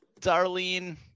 Darlene